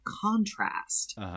contrast